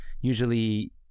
usually